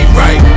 right